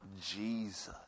Jesus